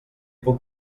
puc